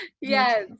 yes